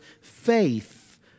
faith